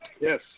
Yes